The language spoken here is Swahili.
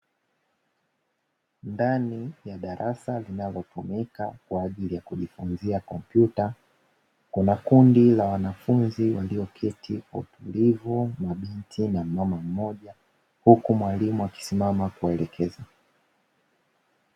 Ndani ya darasa linaliotumika kwa ajili ya kujifunzia kompyuta, kuna kundi la wanafunzi walioketi kwa utulivu, mabinti na mmama mmoja. Huku mwalimu akisimama kuwaelekeza.